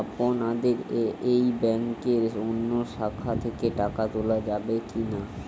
আপনাদের এই ব্যাংকের অন্য শাখা থেকে টাকা তোলা যাবে কি না?